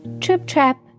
trip-trap